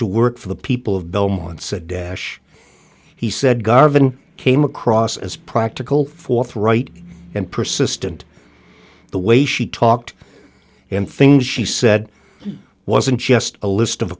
to work for the people of belmont's a dash he said garvan came across as practical forthright and persistent the way she talked and things she said wasn't just a list of